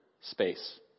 space